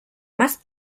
más